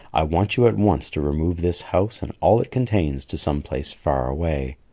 i want you at once to remove this house and all it contains to some place far away.